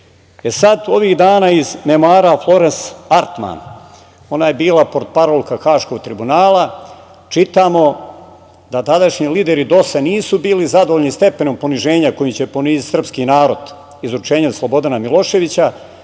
ovih dana iz nemara Florens Artman, ona je bila portparolka Haškog tribunala, čitamo da tadašnji lideri DOS-a nisu bili zadovoljni stepenom poniženja kojim će poniziti srpski narod izručenjem Slobodana Miloševića,